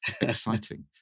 Exciting